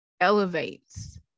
elevates